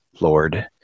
Lord